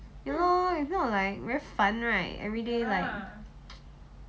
ya lor if not like very 烦 right everyday like